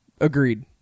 Agreed